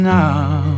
now